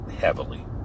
heavily